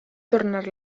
tornar